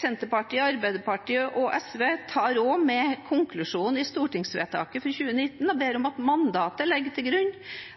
Senterpartiet, Arbeiderpartiet og SV tar også med konklusjonen i stortingsvedtaket fra 2017 og ber om at mandatet legger til grunn